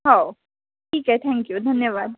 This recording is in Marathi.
हो ठीक आहे थँक्यू धन्यवाद